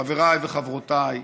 חבריי וחברותיי,